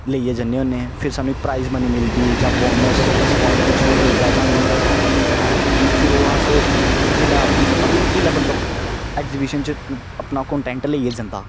लेइयै जन्ने होन्ने फिर सानूं प्राइज मनी मिलदी जां बोनस प्लस पवांइट जा कुछ बी मिलदा सानूं ऐं फिर ओह् अस जेल्लै अस मतलब कि जेल्लै बंदा एग्जीविशन च अपना कंटेन्ट लेई जंदा